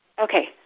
Okay